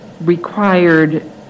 required